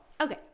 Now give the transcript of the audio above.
Okay